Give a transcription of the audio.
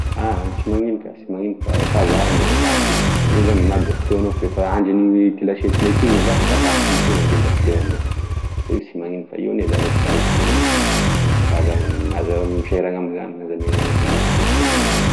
Aaa sy manino ka sy maninona fa fahazara gne vaky io io zany na da sy eo anao fefa androgne ty lasetinay ty gne vaky da vaky s ndignitry na sy teo anao io sy maninona fa io agne zavatry azo soloina fa aza aza misahirana amzany na- fa sy raha manino